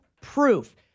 proof